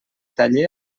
taller